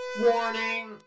Warning